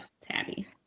tabby